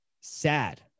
sad